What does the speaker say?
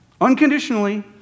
unconditionally